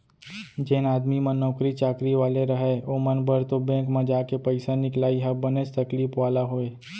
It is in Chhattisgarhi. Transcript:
जेन आदमी मन नौकरी चाकरी वाले रहय ओमन बर तो बेंक म जाके पइसा निकलाई ह बनेच तकलीफ वाला होय